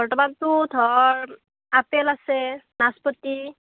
বৰ্তমানতো ধৰ আপেল আছে নাচপতি